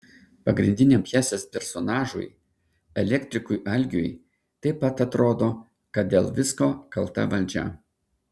pagrindiniam pjesės personažui elektrikui algiui taip pat atrodo kad dėl visko kalta valdžia